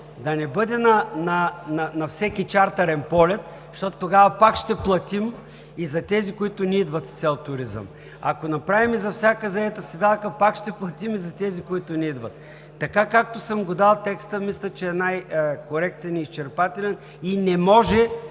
да не бъде „на всеки чартърен полет“, защото тогава пак ще платим и за тези, които не идват с цел туризъм. Ако направим „за всяка заета седалка“, пак ще платим за тези, които не идват. Така, както съм го дал текста, мисля, че е най-коректен и изчерпателен и не може